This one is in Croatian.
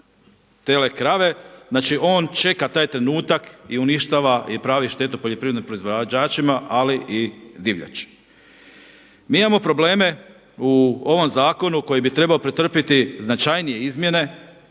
tele krave, znači on čeka taj trenutak i uništava i pravi štetu poljoprivrednim proizvođačima, ali i divljači. Mi imamo probleme u ovom zakonu koji bi trebao pretrpjeti značajnije izmjene,